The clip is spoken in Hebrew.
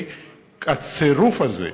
הצירוף הזה,